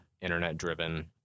internet-driven